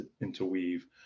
interweave